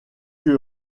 que